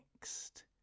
next